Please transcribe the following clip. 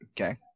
Okay